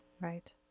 Right